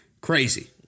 Crazy